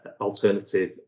alternative